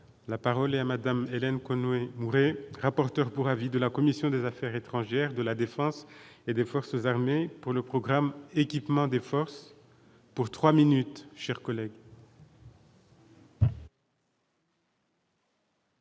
la parole est à madame Hélène Conway Mouret, rapporteur pour avis de la commission des Affaires étrangères de la Défense et des forces armées pour le programme d'équipement des forces pour 3 minutes chers collègues.